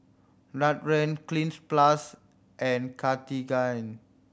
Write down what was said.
Nutren Cleanz Plus and Cartigain